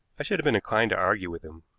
i should have been inclined to argue with him.